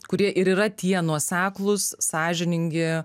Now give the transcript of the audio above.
kurie ir yra tie nuoseklūs sąžiningi